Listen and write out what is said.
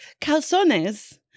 Calzones